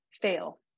fail